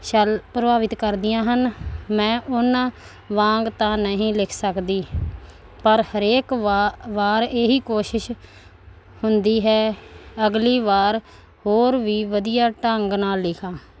shall ਪ੍ਰਭਾਵਿਤ ਕਰਦੀਆਂ ਹਨ ਮੈਂ ਉਹਨਾਂ ਵਾਂਗ ਤਾਂ ਨਹੀਂ ਲਿਖ ਸਕਦੀ ਪਰ ਹਰੇਕ ਵਾ ਵਾਰ ਇਹੀ ਕੋਸ਼ਿਸ਼ ਹੁੰਦੀ ਹੈ ਅਗਲੀ ਵਾਰ ਹੋਰ ਵੀ ਵਧੀਆ ਢੰਗ ਨਾਲ ਲਿਖਾਂ